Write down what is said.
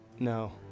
No